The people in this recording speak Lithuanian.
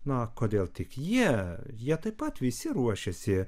na kodėl tik jie jie taip pat visi ruošiasi